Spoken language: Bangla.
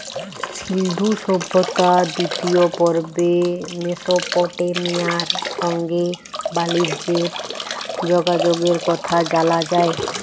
সিল্ধু সভ্যতার দিতিয় পর্বে মেসপটেমিয়ার সংগে বালিজ্যের যগাযগের কথা জালা যায়